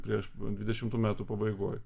prieš dvidešimtų metų pabaigoj